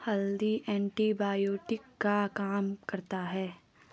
हल्दी एंटीबायोटिक का काम करता है